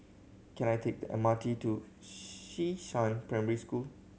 can I take the M R T to Xishan Primary School